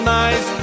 nice